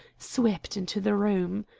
swept into the room.